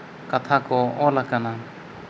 ᱠᱟᱛᱷᱟ ᱠᱚ ᱚᱞ ᱟᱠᱟᱱᱟ